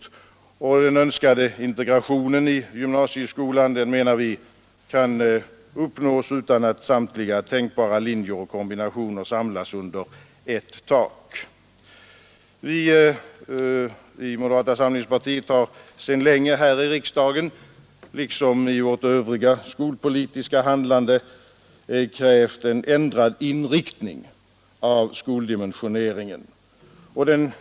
Vi menar också att den önskade integrationen i gymnasieskolan kan uppnås utan att samtliga tänkbara linjer och kombinationer samlas under ett tak. Inom moderata samlingspartiet har vi länge här i riksdagen liksom i vårt övriga skolpolitiska handlande krävt en ändrad inriktning av skoldimensioneringen.